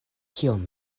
kiom